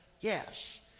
Yes